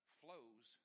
flows